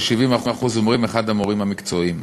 כ-70% אומרים: אחד המורים המקצועיים.